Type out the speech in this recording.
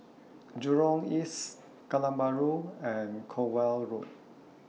Jurong East Kallang Bahru and Cornwall Road